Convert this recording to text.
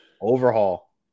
Overhaul